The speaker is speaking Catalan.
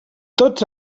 tots